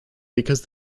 because